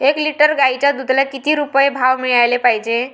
एक लिटर गाईच्या दुधाला किती रुपये भाव मिळायले पाहिजे?